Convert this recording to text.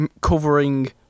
covering